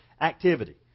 activity